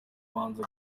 kubanza